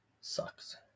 sucks